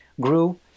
grew